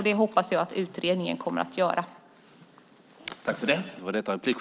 Det hoppas jag att utredningen kommer att leda till.